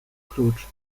klucz